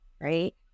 right